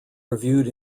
reviewed